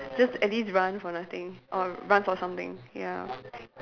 just at least run for nothing or run for something ya